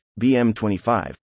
BM25